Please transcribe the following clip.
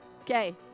Okay